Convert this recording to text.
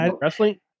wrestling